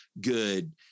good